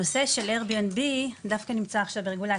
הנושא של AIRBNB דווקא נמצא עכשיו ברגולציה.